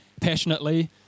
passionately